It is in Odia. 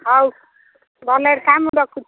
ହଉ ଭଲରେ ଥା ମୁଁ ରଖୁଛି